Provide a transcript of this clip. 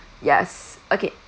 yes okay